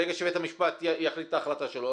ברגע שבית המשפט יחליט את ההחלטה שלו,